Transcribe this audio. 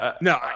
no